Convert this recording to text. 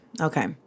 Okay